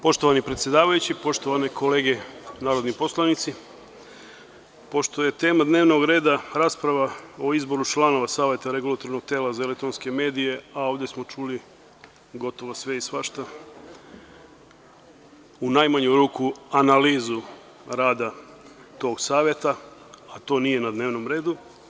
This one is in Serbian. Poštovani predsedavajući, poštovane kolege narodni poslanici, pošto je tema dnevnog reda rasprava o izboru članova Savete REM-a, a ovde smo čuli gotovo sve i svašta, u najmanju ruku analizu rada tog saveta, a to nije na dnevnom redu.